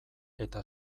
eta